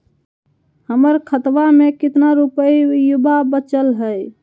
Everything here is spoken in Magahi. हमर खतवा मे कितना रूपयवा बचल हई?